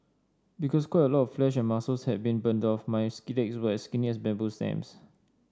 because quite a lot of flesh and muscles had been burnt off my legs were as skinny as bamboo stems